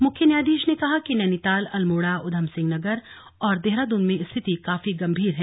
मुख्य न्यायाधीश ने कहा कि नैनीताल अल्मोड़ा ऊधमसिंह नगर और देहरादून में स्थिति काफी गंभीर है